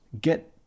get